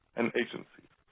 and agencies.